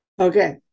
Okay